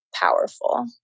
powerful